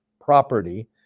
property